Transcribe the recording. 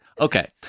Okay